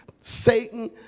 Satan